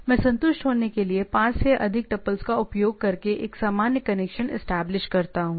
मैं संतुष्ट होने के लिए पांच से अधिक टुपल्स का उपयोग करके एक सामान्य कनेक्शन एस्टेब्लिश करता हूं